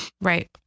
right